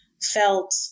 felt